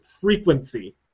Frequency